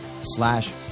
slash